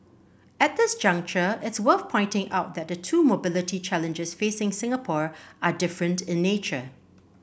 at this juncture it's worth pointing out that the two mobility challenges facing Singapore are different in nature